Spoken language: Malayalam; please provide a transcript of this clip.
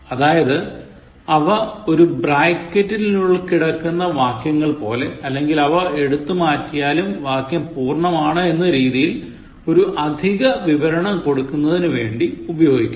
അതായത് അവ ഒരു ബ്രാക്കറ്റിനുള്ളിൽ കിടക്കുന്ന വാക്യങ്ങൾ പോലെ അല്ലെങ്കിൽ അവ എടുത്തു മാറ്റിയാലും വാക്യം പൂർണമാണ് എന്ന രീതിയിൽ ഒരു അധിക വിവരണം കൊടുക്കുന്നതിനുവേണ്ടി ഉപയോഗിക്കുന്നു